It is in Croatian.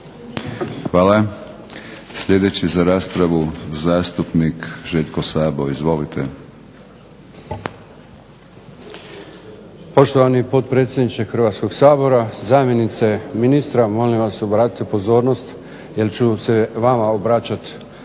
Hvala. Sljedeći za raspravu zastupnik Željko Sabo, izvolite. **Sabo, Željko (SDP)** Poštovani potpredsjedniče Hrvatskog sabora, zamjenice ministra, molim vas obratite pozornost jer ću se vama obraćati najčešće